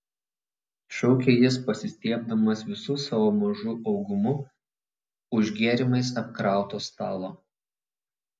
šaukė jis pasistiebdamas visu savo mažu augumu už gėrimais apkrauto stalo